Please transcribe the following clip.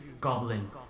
Goblin